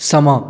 ਸਮਾਂ